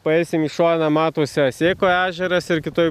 paeisim į šoną matosi asėko ežeras ir kitoj